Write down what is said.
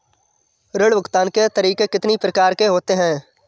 ऋण भुगतान के तरीके कितनी प्रकार के होते हैं?